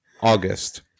August